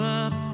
up